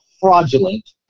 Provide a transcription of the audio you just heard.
fraudulent